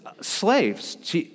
slaves